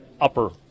upper